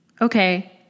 okay